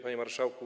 Panie Marszałku!